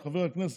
את חבר הכנסת,